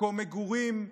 מקום מגורים,